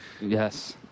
Yes